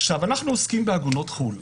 אנחנו עוסקים בעגונות חו"ל.